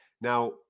Now